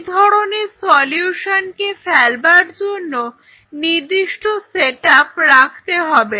এই ধরনের সলিউশন কে ফেলবার জন্য বিশেষ সেটআপ রাখতে হবে